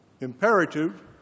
imperative